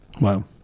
Wow